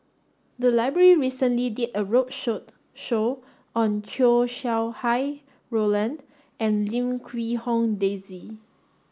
the library recently did a road show on Chow Sau Hai Roland and Lim Quee Hong Daisy